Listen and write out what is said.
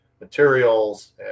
materials